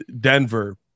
Denver